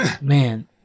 man